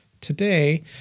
today